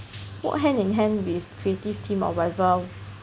creative team or whatever